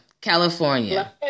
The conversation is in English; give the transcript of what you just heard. California